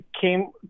came